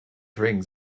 rings